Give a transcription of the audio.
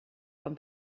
com